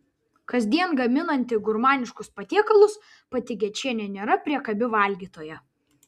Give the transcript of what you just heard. kasdien gaminanti gurmaniškus patiekalus pati gečienė nėra priekabi valgytoja